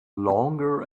longer